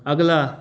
ਅਗਲਾ